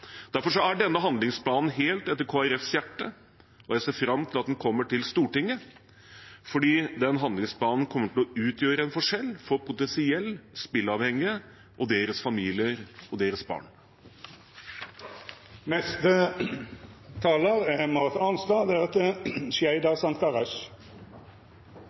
Derfor er denne handlingsplanen helt etter Kristelig Folkepartis hjerte, og jeg ser fram til at den kommer til Stortinget, for den handlingsplanen kommer til å utgjøre en forskjell for potensielt spilleavhengige og deres familier og barn.